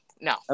no